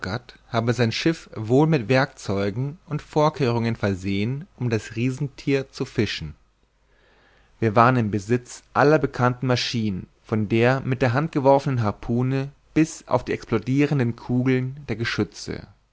habe sein schiff wohl mit werkzeugen und vorkehrungen versehen um das riesenthier zu fischen wir waren im besitz aller bekannten maschinen von der mit der hand geworfenen harpune bis auf die explodirenden kugeln der geschütze